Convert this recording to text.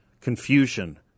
confusion